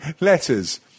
letters